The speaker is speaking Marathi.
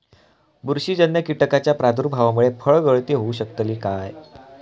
बुरशीजन्य कीटकाच्या प्रादुर्भावामूळे फळगळती होऊ शकतली काय?